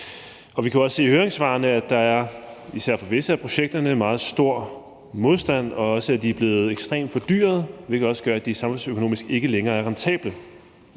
Vi kan se i høringssvarene, at der især for visse af projekternes vedkommende er en meget stor modstand, og også, at de er blevet ekstremt fordyrede, hvilket også gør, at de samfundsøkonomisk ikke længere er rentable.